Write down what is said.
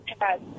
Yes